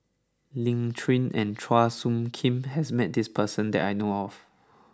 Lin Chen and Chua Soo Khim has met this person that I know of